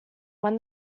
when